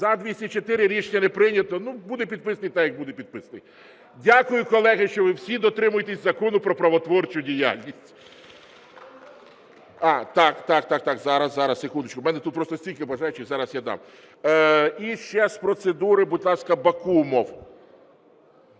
За-204 Рішення не прийнято. Буде підписаний так, як буде підписаний. Дякую, колеги, що ви всі дотримуєтесь Закону "Про правотворчу діяльність". Так, так, зараз, секундочку, у мене тут просто стільки бажаючих, зараз я дам. І ще з процедури, будь ласка, Бакумов.